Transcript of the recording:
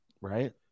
right